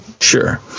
Sure